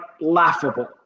laughable